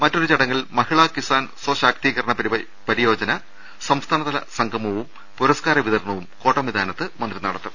മറ്റൊരു ചടങ്ങിൽ മഹിളാ കിസാൻ സ്വശാക്തീകരണ പരി യോജന സംസ്ഥാനതല സംഗമവും പുരസ്കാര വിതരണവും കോട്ടമൈ താനത്ത് മന്ത്രി നടത്തും